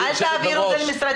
בואו נקציב זמן.